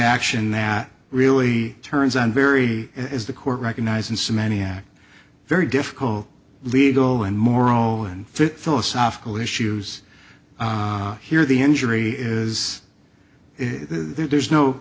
action that really turns on very is the court recognize in so many act very difficult legal and moral and philosophical issues here the injury is there's no